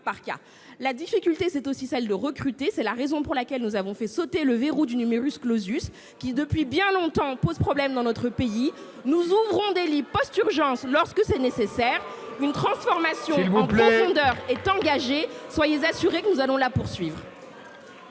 La difficulté, c'est aussi le recrutement. C'est la raison pour laquelle nous avons fait sauter le verrou du, ... Ce n'est pas vrai !... qui, depuis bien longtemps, pose problème dans notre pays. Nous ouvrons des lits post-urgences lorsque c'est nécessaire. Une transformation en profondeur est engagée. Soyez assuré que nous allons la poursuivre.